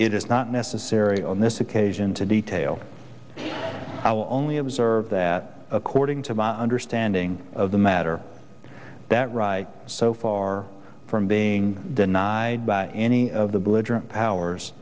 conduct it is not necessary on this occasion to detail i will only observe that according to my understanding of the matter that right so far from being denied by any of the belligerent powers